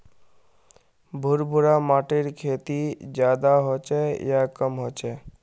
भुर भुरा माटिर खेती ज्यादा होचे या कम होचए?